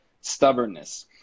stubbornness